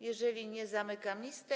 Jeżeli nie, zamykam listę.